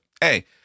hey